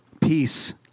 Peace